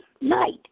night